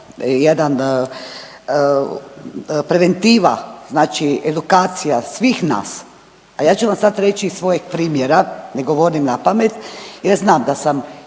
preventiva znači edukacija svih nas, a ja ću vam sad reći iz svojeg primjera, ne govorim napamet, jer znam da sam,